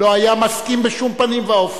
לא היה מסכים בשום פנים ואופן.